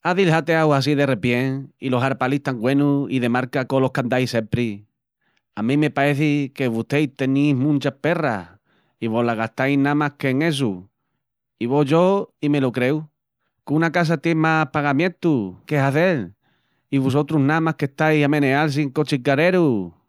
A dil jateaus assín de rebien i los harapalis tan güenus i de marca colos qu'andais sempri? A mi me paeci que vusteis tenis munchas perras i vo-la gastais namas qu'en essu i vo yo i me lo creu, qu'una casa tié mas pagamientus que hazel, i vusotrus namas que estais a meneal-si en cochis carerus.